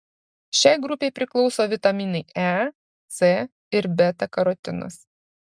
šiai grupei priklauso vitaminai e c ir beta karotinas